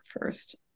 first